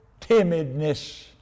timidness